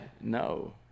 No